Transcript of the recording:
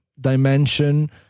dimension